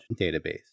database